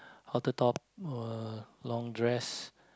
outer top uh long dress